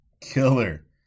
killer